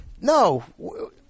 No